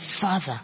father